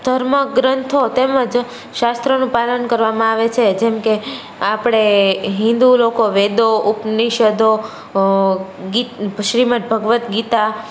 ધર્મ ગ્રંથો તેમજ શાસ્ત્રોનું પાલન કરવામાં આવે છે જેમકે આપણે હિન્દુ લોકો વેદો ઉપનિષદો શ્રીમદ ભગવદ ગીતા